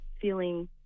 feeling